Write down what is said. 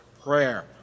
Prayer